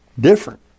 different